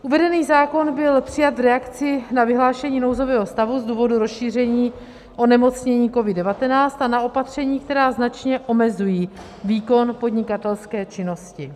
Uvedený zákon byl přijat v reakci na vyhlášení nouzového stavu z důvodu rozšíření onemocnění COVID19 a na opatření, která značně omezují výkon podnikatelské činnosti.